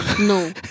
No